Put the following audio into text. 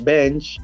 Bench